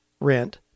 rent